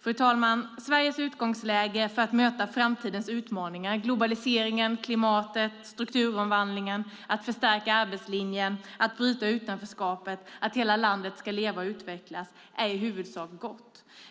Fru talman! Sveriges utgångsläge för att möta framtidens utmaningar - globaliseringen, klimatet, strukturomvandlingen, att förstärka arbetslinjen, att bryta utanförskapet och att hela landet ska leva och utvecklas - är i huvudsak gott.